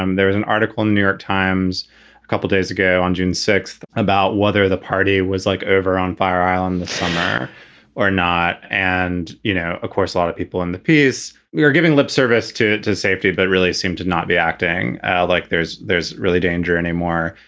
um there was an article in the new york times a couple days ago on june sixth about whether the party was like over on fire island, the summer or not. and, you know, of course, a lot of people in the piece are giving lip service to it, to safety. but really, it seemed to not be acting like there's there's really danger anymore.